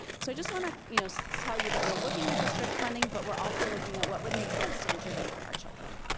so just want to you know tell you that we're looking at the strict funding, but we're looking at what would make sense to intervene for our children.